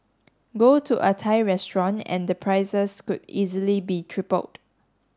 go to a Thai restaurant and the prices could easily be tripled